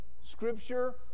Scripture